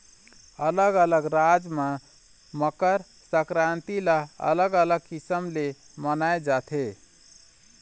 अलग अलग राज म मकर संकरांति ल अलग अलग किसम ले मनाए जाथे